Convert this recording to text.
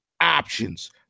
options